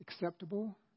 acceptable